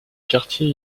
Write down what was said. quartier